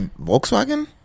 Volkswagen